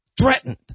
threatened